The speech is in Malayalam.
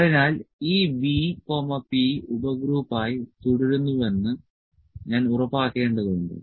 അതിനാൽ ഈ B P ഉപഗ്രൂപ്പായി തുടരുന്നുവെന്ന് ഞാൻ ഉറപ്പാക്കേണ്ടതുണ്ട്